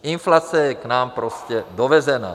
Inflace je k nám prostě dovezena.